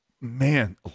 man